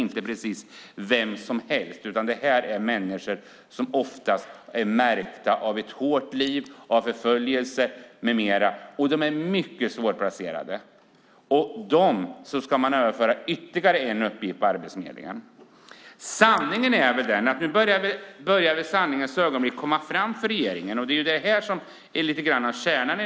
Det är inte precis vilka som helst, utan det här är människor som oftast är märkta av ett hårt liv, förföljelser med mera och därför mycket svårplacerade. Dessa blir nu ytterligare en uppgift för Arbetsförmedlingen. Nu börjar sanningens ögonblick närma sig för regeringen, och det är kärnan.